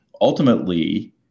Ultimately